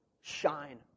shine